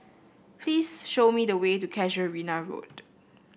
please show me the way to Casuarina Road